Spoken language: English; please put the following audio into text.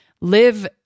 live